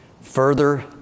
Further